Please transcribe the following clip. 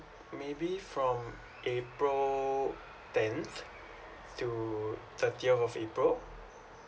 maybe from april tenth to thirtieth of april